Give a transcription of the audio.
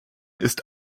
ist